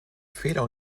fehler